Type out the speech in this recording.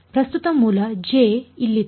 ಪ್ರಸ್ತುತ ಮೂಲ ಜೆ ಇಲ್ಲಿತ್ತು